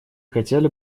хотели